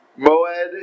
Moed